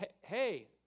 hey